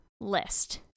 list